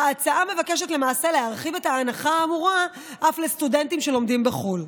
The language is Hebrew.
ההצעה מבקשת למעשה להרחיב את ההנחה האמורה אף לסטודנטים שלומדים בחו"ל.